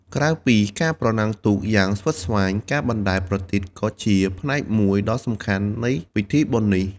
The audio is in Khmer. ក្រៅពីការប្រណាំងទូកយ៉ាងស្វិតស្វាញ ការបណ្ដែតប្រទីបក៏ជាផ្នែកមួយដ៏សំខាន់នៃពិធីបុណ្យនេះ។